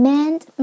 Mend